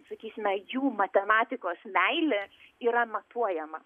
sakysime jų matematikos meilė yra matuojama